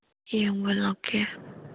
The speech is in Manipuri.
ꯌꯦꯡꯕ ꯂꯥꯛꯀꯦ